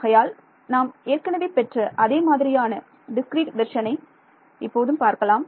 ஆகையால் நாம் ஏற்கனவே பெற்ற அதே மாதிரியான டிஸ்கிரீட் வெர்ஷனை இப்போதும் பார்க்கலாம்